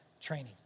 training